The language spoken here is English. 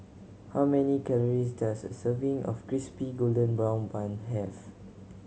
how many calories does a serving of Crispy Golden Brown Bun have